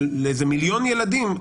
לאיזה מיליון ילדים,